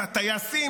בטייסים,